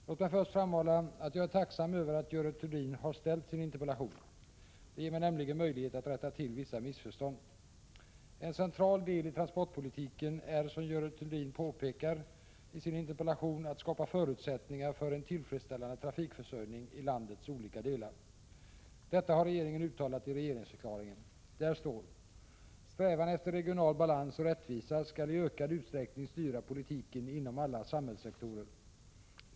Låt mig först framhålla att jag är tacksam över att Görel Thurdin har ställt sin interpellation. Det ger mig nämligen möjlighet att rätta till vissa missförstånd. En central del i transportpolitiken är, som Görel Thurdin påpekar i sin interpellation, att skapa förutsättningar för en tillfredsställande trafikförsörjning i landets olika delar. Detta har regeringen uttalat i regeringsförklaringen. Där står: ”Strävan efter regional balans och rättvisa skall i ökad utsträckning styra politiken inom alla samhällssektorer.